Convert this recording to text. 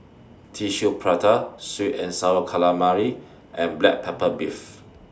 Tissue Prata Sweet and Sour Calamari and Black Pepper Beef